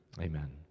Amen